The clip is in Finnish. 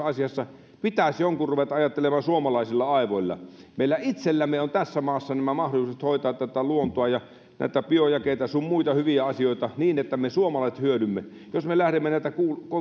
asiassa pitäisi jonkun ruveta ajattelemaan suomalaisilla aivoilla meillä itsellämme on tässä maassa mahdollisuudet hoitaa luontoa ja näitä biojakeita sun muita hyviä asioita niin että me suomalaiset hyödymme jos me lähdemme näitä